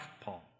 Paul